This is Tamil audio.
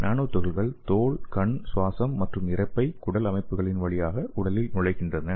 நானோ துகள்கள் தோல் கண் சுவாசம் மற்றும் இரைப்பை குடல் அமைப்புகள் வழியாக உடலில் நுழைகின்றன